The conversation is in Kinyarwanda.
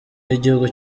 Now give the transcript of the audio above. y’igihugu